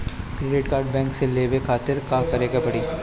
Credit card bank से लेवे कहवा खातिर का करे के पड़ी?